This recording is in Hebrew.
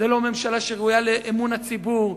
זו לא ממשלה שראויה לאמון הציבור.